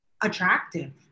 attractive